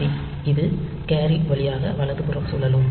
C அது carry வழியாக வலதுபுறம் சுழலும்